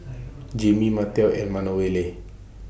Jaime Martell and Manuela